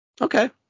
Okay